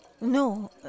No